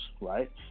right